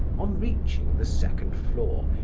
on reaching the second floor,